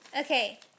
okay